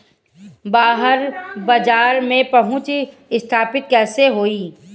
बाहर बाजार में पहुंच स्थापित कैसे होई?